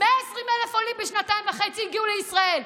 120,000 עולים בשנתיים וחצי הגיעו לישראל,